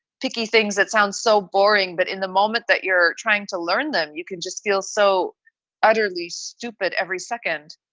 picky things. that sounds so boring. but in the moment that you're trying to learn them, you can just feel so utterly stupid every second.